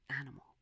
animal